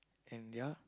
and ya